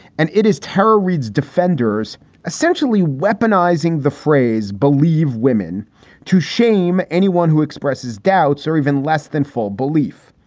and it is terror. reid's defenders essentially weaponizing the phrase believe women to shame anyone who expresses doubts or even less than full belief.